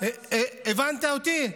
הבנת אותי?